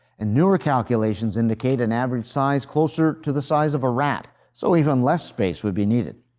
and newer calculations indicate an average size closer to the size of a rat, so even less space would be needed.